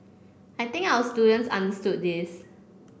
I think our students understood this